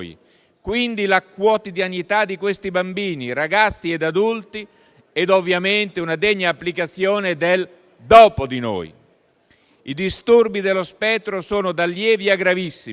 (quindi la quotidianità di questi bambini, ragazzi e adulti), e, ovviamente, una degna applicazione del dopo di noi. I disturbi dello spettro sono da lievi a gravissimi;